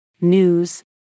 News